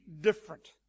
different